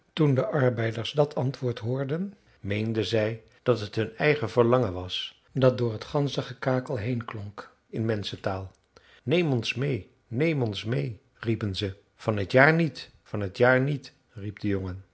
toen de arbeiders dat antwoord hoorden meenden zij dat het hun eigen verlangen was dat door het ganzengekakel heen klonk in menschentaal neem ons mee neem ons mee riepen ze van t jaar niet van t jaar niet riep de jongen